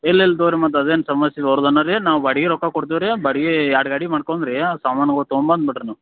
ಇಲ್ಲ ಇಲ್ದೊರ ಮತ್ತು ಅದೇನು ಸಮಸ್ಯೆ ದೊಡ್ದನ ರೀ ನಾವು ಬಾಡಿಗೆ ರೊಕ್ಕ ಕೊಡ್ತಿವ್ರಿ ಬಾಡಿಗೆ ಎರಡು ಗಾಡಿ ಮಾಡ್ಕೊಂದ್ರೀ ಸಾಮಾನುಗಳೂ ತಗೊಂಬ್ ಬನ್ ಬಿಡ್ರಿ ನೀವು